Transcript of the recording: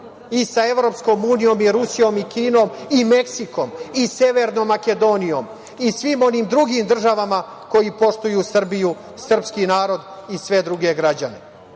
i sa EU, i Rusijom, i Kinom, i Meksikom, i Severnom Makedonijom, i svim onim drugim državama koje poštuju Srbiju i srpski narod i sve druge građane. Što